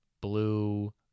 blue